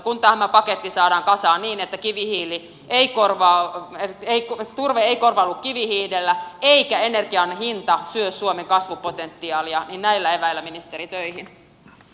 kun tämä paketti saadaan kasaan niin että turve ei korvaudu kivihiilellä eikä energian hinta syö suomen kasvupotentiaalia niin näillä eväillä ministeri töihin